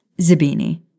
Zabini